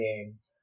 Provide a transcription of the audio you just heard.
games